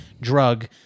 drug